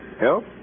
Help